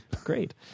Great